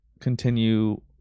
continue